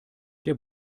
der